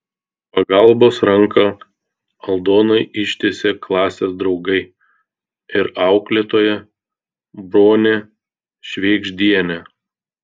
pagalbos ranką aldonai ištiesė klasės draugai ir auklėtoja bronė švėgždienė